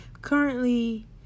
Currently